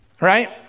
Right